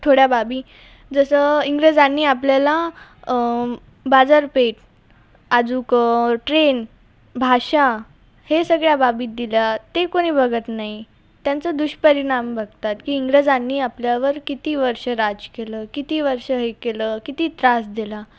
थोड्या बाबी जसं इंग्रजांनी आपल्याला बाजारपेठ अजून ट्रेन भाषा हे सगळ्या बाबी दिल्या ते कुणी बघत नाही त्यांचे दुष्परिणाम बघतात की इंग्रजांनी आपल्यावर किती वर्ष राज्य केलं किती वर्ष हे केलं किती त्रास दिला